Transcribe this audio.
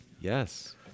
Yes